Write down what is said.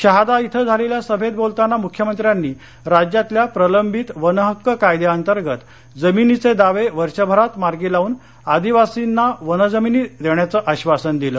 शहादा इथं झालेल्या सभेत बोलताना मुख्यमंत्र्यांनी राज्यातल्या प्रलंबित वनहक्क कायद्याअतर्गत जमिनीचे दावे वर्षभरात मार्गी लावून आदिवासींना वनजमीनी देण्याचं आश्वासन दिलं